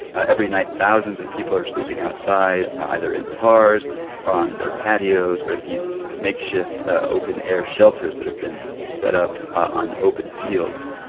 ah every night, thousands of people are sleeping outside, either in cars or on their patios, or at these makeshift open-air shelters that have been set up on open fields.